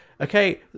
okay